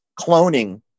cloning